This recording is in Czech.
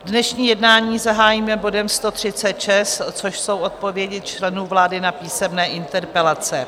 Dnešní jednání zahájíme bodem 136, Odpovědi členů vlády na písemné interpelace.